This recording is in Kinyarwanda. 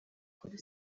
kuri